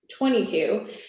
22